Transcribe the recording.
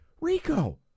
Rico